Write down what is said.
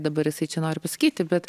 dabar jisai čia nori pasakyti bet